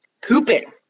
pooping